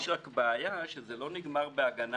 יש רק בעיה, שזה לא נגמר בהגנה-התקפה.